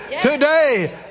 today